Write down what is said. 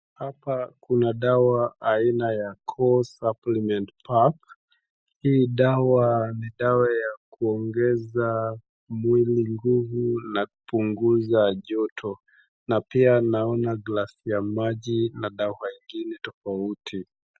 Hapa kuna dawa aina ya Core Supplement PACK. Hii dawa ni aina ya kuongeza mwili nguvu na kupunguza joto na pia naona glasi ya maji na dawa ingine toauti.